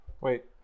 Wait